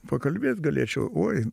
pakalbėt galėčiau oi